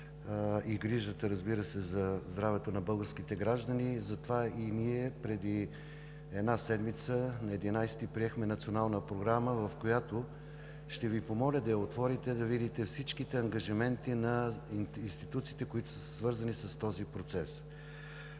и грижата за здравето на българските граждани. Затова и ние преди една седмица – на 11, приехме Национална програма, в която, ще Ви помоля да я отворите, да видите всички ангажименти на институциите, които са свързани с този процес.